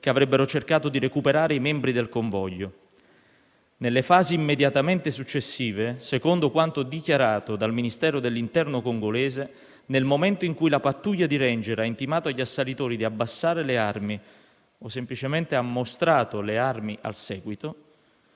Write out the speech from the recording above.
che avrebbero cercato di recuperare i membri del convoglio. Nelle fasi immediatamente successive, secondo quanto dichiarato dal Ministero dell'interno congolese, nel momento in cui la pattuglia di *ranger* ha intimato agli assalitori di abbassare le armi o semplicemente ha mostrato le armi al seguito,